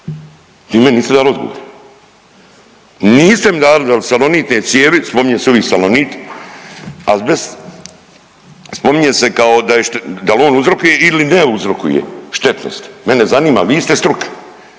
Niste mi dali dal salonitne cijevi, spominje se uvik salonit, azbest, spominje se kao da je štet…, dal on uzrokuje ili ne uzrokuje štetnosti, mene zanima, vi ste struka.